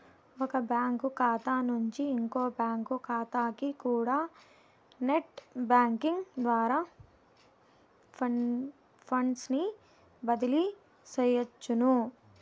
ఒక బ్యాంకు కాతా నుంచి ఇంకో బ్యాంకు కాతాకికూడా నెట్ బ్యేంకింగ్ ద్వారా ఫండ్సుని బదిలీ సెయ్యొచ్చును